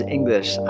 English